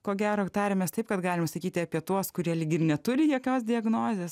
ko gero tariamės taip kad galima sakyti apie tuos kurie lyg ir neturi jokios diagnozės